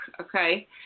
okay